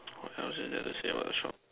what else is there to say about the shop